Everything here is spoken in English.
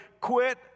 quit